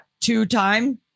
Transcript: two-time